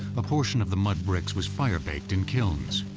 a portion of the mud bricks was fire-baked in kilns.